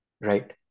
right